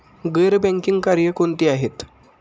गैर बँकिंग कार्य कोणती आहेत?